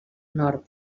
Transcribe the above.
nord